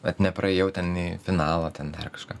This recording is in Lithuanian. vat nepraėjau ten į finalą ten dar kažką